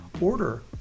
Order